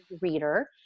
reader